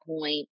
point